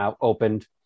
opened